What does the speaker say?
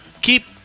Keep